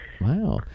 Wow